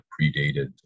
predated